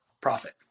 profit